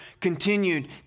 continued